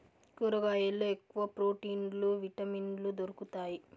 కూరగాయల్లో ఎక్కువ ప్రోటీన్లు విటమిన్లు దొరుకుతాయి